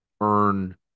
earn